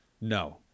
No